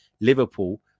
Liverpool